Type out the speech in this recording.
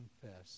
confess